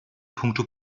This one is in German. puncto